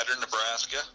Nebraska